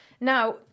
now